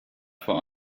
vor